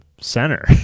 center